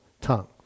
tongue